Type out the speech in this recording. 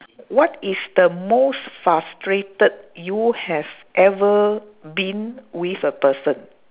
what is the most frustrated you have ever been with a person